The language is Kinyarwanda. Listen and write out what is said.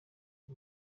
cya